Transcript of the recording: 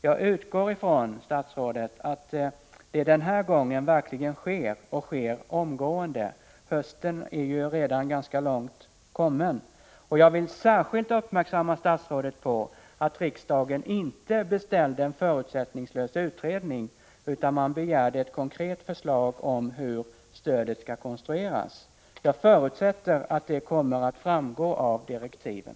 Jag utgår ifrån, statsrådet, att det den här gången verkligen sker och sker omgående. Hösten är ju redan ganska långt kommen. Jag vill särskilt göra statsrådet uppmärksam på att riksdagen inte beställde en förutsättningslös utredning utan begärde ett konkret förslag om hur stödet skall konstrueras. Jag förutsätter att det kommer att framgå av direktiven.